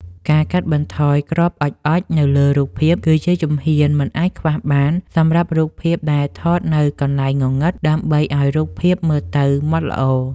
ការកាត់បន្ថយ គ្រាប់អុជៗនៅលើរូបភាព គឺជាជំហ៊ានមិនអាចខ្វះបានសម្រាប់រូបភាពដែលថតនៅកន្លែងងងឹត ដើម្បីឱ្យរូបភាពមើលទៅម៉ត់ល្អ។